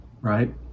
right